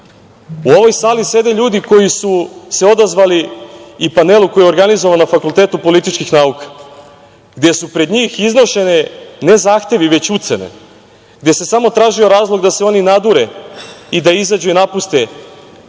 ovoj sali sede ljudi koji su se odazvali i panelu koji je organizovan na Fakultetu političkih nauka, gde su pred njih iznošeni ne zahtevi, već ucene, gde se samo tražio razlog da se oni nadure i da izađu i napuste te